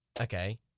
Okay